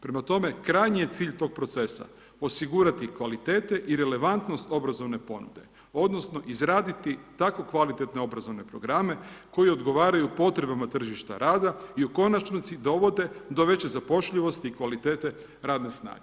Prema tome, krajnji je cilj tog procesa osigurati kvalitete i relevantnost obrazovne ponude odnosno izraditi taku kvalitete obrazovne programe koji odgovaraju potrebama tržišta rada i u konačnici dovode do veće zapošljivosti kvalitete radne snage.